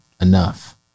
enough